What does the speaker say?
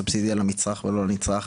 סובסידיה לנצרך ולא למצרך,